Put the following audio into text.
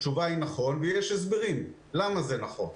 התשובה היא נכון ויש הסברים למה זה נכון.